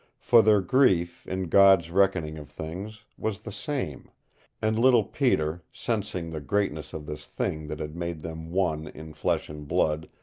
for their grief, in god's reckoning of things, was the same and little peter, sensing the greatness of this thing that had made them one in flesh and blood,